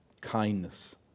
Kindness